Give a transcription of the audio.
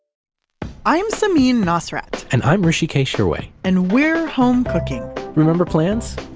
i am samin nosrat and i'm hrishkesh hirway and we're home cooking remember plans?